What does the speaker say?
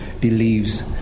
believes